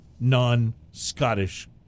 non-Scottish